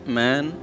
man